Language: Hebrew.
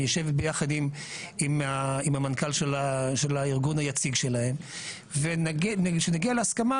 אני אשב ביחד עם המנכ"ל של הארגון היציג שלהם ושנגיע להסכמה